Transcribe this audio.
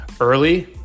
early